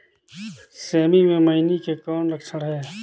सेमी मे मईनी के कौन लक्षण हे?